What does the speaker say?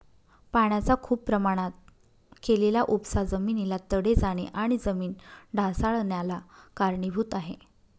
पाण्याचा खूप प्रमाणात केलेला उपसा जमिनीला तडे जाणे आणि जमीन ढासाळन्याला कारणीभूत आहे